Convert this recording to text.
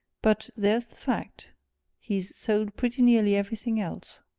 but there's the fact he's sold pretty nearly everything else.